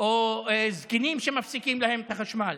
או זקנים שמפסיקים להם את החשמל.